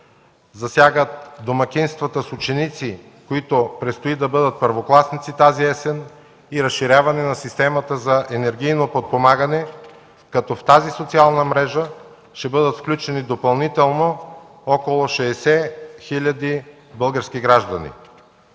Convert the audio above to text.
засягат домакинствата с ученици, които предстои да бъдат първокласници тази есен, и разширяване на системата за енергийно подпомагане, като в тази социална мрежа ще бъдат включени допълнително около 60 хиляди български граждани.